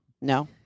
No